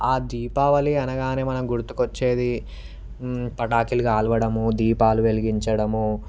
ఆ దీపావళి అనగానే మనకు గుర్తుకువచ్చేది పటాకులు కాల్వడమూ దీపాలు వేలిగించడము